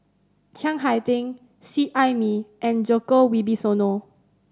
Chiang Hai Ding Seet Ai Mee and Djoko Wibisono